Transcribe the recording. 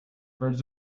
birds